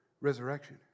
resurrection